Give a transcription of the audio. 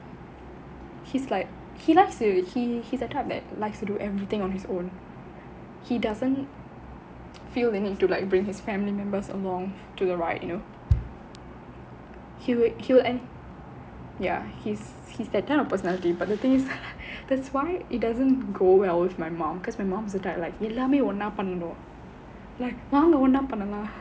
he's like he likes it he he's the type that likes to do everything on his own he doesn't feel the need to like bring his family members along to the ride you know he would ya he's he's that kind of personality but the thing is that's why it doesn't go well with my mom because my mom is the type that like எல்லாமே ஒண்ணா பண்ணனும் வாங்க ஒண்ணா பண்ணலாம்:ellaamae onna pannanum vaanga onna pannalaam